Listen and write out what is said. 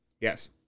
Yes